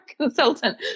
consultant